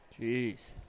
Jeez